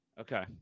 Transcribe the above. Okay